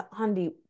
Andy